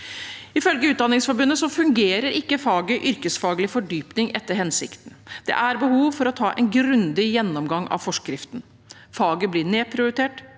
Ifølge Utdanningsforbundet fungerer ikke faget yrkesfaglig fordypning etter hensikten. Det er behov for å ta en grundig gjennomgang av forskriften. Faget blir nedprioritert,